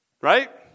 Right